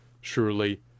surely